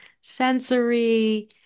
sensory